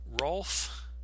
Rolf